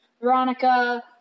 Veronica